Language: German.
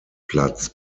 platz